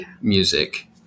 music